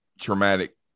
traumatic